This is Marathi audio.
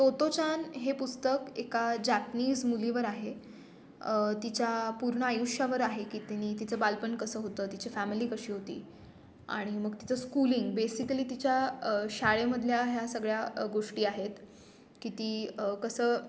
तोतोचान हे पुस्तक एका जॅपनीज मुलीवर आहे तिच्या पूर्ण आयुष्यावर आहे की तिनी तिचं बालपण कसं होतं तिची फॅमिली कशी होती आणि मग तिचं स्कूलिंग बेसिकली तिच्या शाळेमधल्या ह्या सगळ्या गोष्टी आहेत की ती कसं